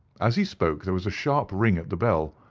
as he spoke there was a sharp ring at the bell.